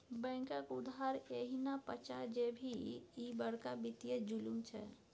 बैंकक उधार एहिना पचा जेभी, ई बड़का वित्तीय जुलुम छै